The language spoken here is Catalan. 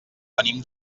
venim